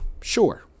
Sure